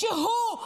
כשהוא,